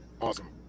awesome